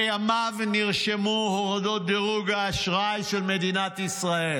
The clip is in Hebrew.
בימיו נרשמו הורדות דירוג האשראי של מדינת ישראל.